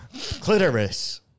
Clitoris